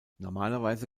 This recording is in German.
normalerweise